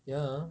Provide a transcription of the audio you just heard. ya